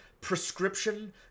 prescription